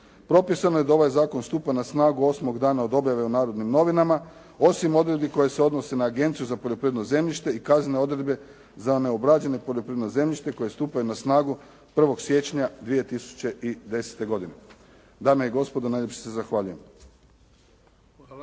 Propisano je da ovaj zakon stupa na snagu osmog dana od objave u "Narodnim novinama" osim odredbi koje se odnose na Agenciju za poljoprivredno zemljište i kaznene odredbe za neobrađeno poljoprivredno zemljište koji stupaju na snagu 1. siječnja 2010. godine. Dame i gospodo najljepše se zahvaljujem.